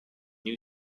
new